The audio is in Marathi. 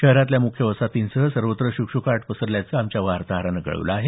शहरातल्या मुख्य वसाहतींसह सर्वत्र श्रकश्काट पसरल्याचं आमच्या वार्ताहरानं कळवलं आहे